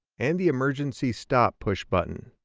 and the emergency stop push button.